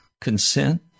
consent